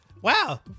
wow